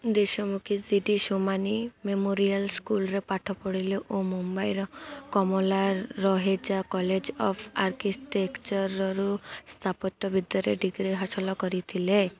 ଦେଶମୁଖୀ G D Somani memorial ସ୍କୁଲ୍ରେ ପାଠ ପଢ଼ିଲେ ଓ ମୁମ୍ବାଇର କମଲା ରହେଜା କଲେଜ୍ ଅଫ୍ ଆର୍କିଟେକ୍ଚରରୁ ସ୍ଥାପତ୍ୟ ବିଦ୍ୟାରେ ଡିଗ୍ରୀ ହାସଲ କରିଥିଲେ